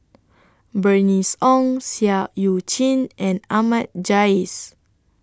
Bernice Ong Seah EU Chin and Ahmad Jais